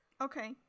Okay